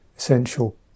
Essential